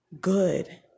good